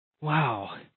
wow